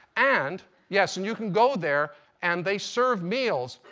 and yes and you can go there and they serve meals.